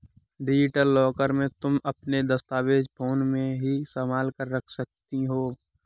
digital locker में तुम अपने दस्तावेज फोन में ही संभाल कर रख सकती हो